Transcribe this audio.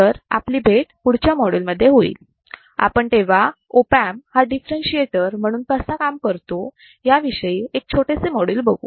तर आपली भेट पुढच्या मॉड्यूल मध्ये होईल आपण तेव्हा ऑप अँप हा डिफरेंशीएटर म्हणून कसा काम करतो याविषयी एक छोटेसे मॉड्यूल बघू